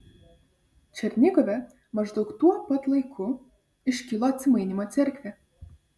černigove maždaug tuo pat laiku iškilo atsimainymo cerkvė